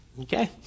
Okay